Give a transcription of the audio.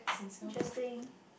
interesting